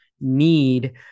need